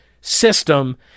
system